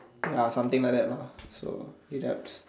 ya something like that lah so relax